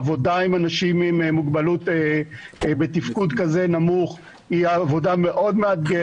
עבודה עם אנשים עם מוגבלות בתפקוד כזה נמוך מאוד מאתגרת.